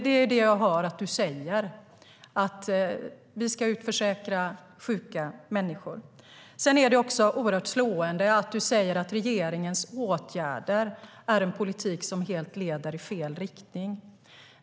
Det är det jag hör att du säger: Vi ska utförsäkra sjuka människor. Sedan är det oerhört slående att du säger att regeringens åtgärder är en politik som leder i helt fel riktning.